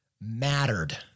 mattered